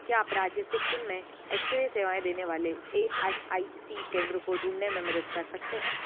क्या आप राज्य सिक्किम में एक्स रे सेवाएँ देने वाले ई एस आई सी केंद्रों को ढूँढने में मदद कर सकते हैं